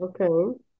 okay